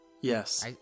Yes